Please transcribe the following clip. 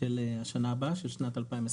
של השנה הבאה, של שנת 2022,